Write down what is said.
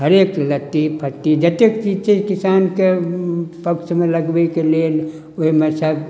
हरेक लत्ती फत्ती जतेक चीज छै किसान के पक्ष मे लगबै के लेल ओहिमे सँ किछु